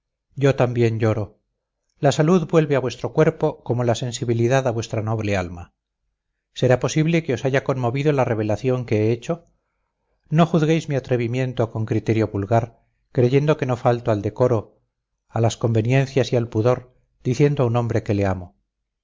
yo también lloro la salud vuelve a vuestro cuerpo como la sensibilidad a vuestra noble alma será posible que os haya conmovido la revelación que he hecho no juzguéis mi atrevimiento con criterio vulgar creyendo que no falto al decoro a las conveniencias y al pudor diciendo a un hombre que le amo